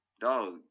dog